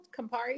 Campari